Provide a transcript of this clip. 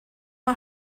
mae